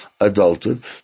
adulthood